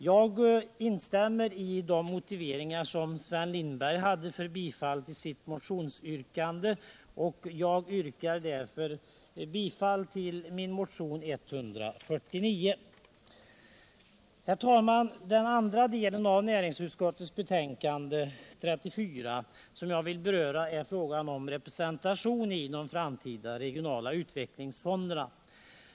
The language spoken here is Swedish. Jag instämmer i de motiveringar som Sven Lindberg hade för bifall till sitt motionsyrkande och yrkar bifall till min motion 149. Herr talman! Den andra del av näringsutskottets betänkande 34 som jag vill beröra gäller representationen i de framtida regionala utvecklingsfonderna.